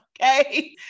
Okay